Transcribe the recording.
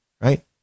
right